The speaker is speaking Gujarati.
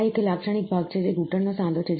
આ એક લાક્ષણિક ભાગ છે જે એક ઘૂંટણ નો સાંધો છે